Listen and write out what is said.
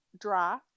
dry